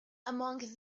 among